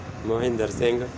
Mahinder Singh